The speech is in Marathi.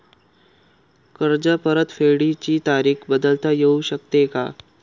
कर्ज परतफेडीची तारीख बदलता येऊ शकते का?